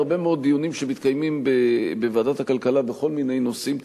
בהרבה מאוד דיונים שמתקיימים בוועדת הכלכלה בכל מיני נושאים,